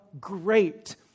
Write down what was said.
great